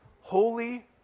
Holy